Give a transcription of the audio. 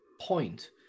point